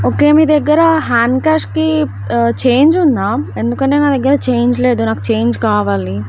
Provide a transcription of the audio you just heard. okay మీ దగ్గర hand క్యాష్కి చేంజ్ ఉందా ఎందుకంటే నా దగ్గర చేంజ్ లేదు నాకు చేంజ్ కావాలి